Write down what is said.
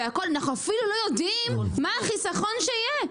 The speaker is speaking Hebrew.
ואנחנו אפילו לא יודעים מה החסכון שיהיה.